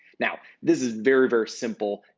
now, this is very, very simple.